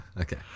Okay